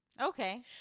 Okay